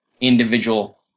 individual